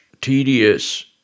tedious